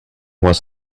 was